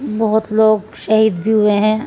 بہت لوگ شہید بھی ہوئے ہیں